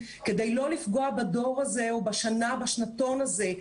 כדי לא לפגוע בדור הזה או בשנתון הזה,